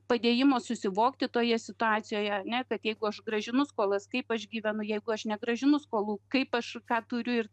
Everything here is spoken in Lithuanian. padėjimo susivokti toje situacijoje ar ne kad jeigu aš grąžinu skolas kaip aš gyvenu jeigu aš negrąžinu skolų kaip aš ką turiu ir